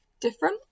different